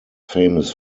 famous